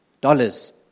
Dollars